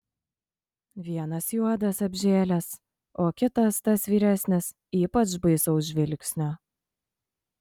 vienas juodas apžėlęs o kitas tas vyresnis ypač baisaus žvilgsnio